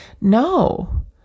no